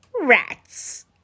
Rats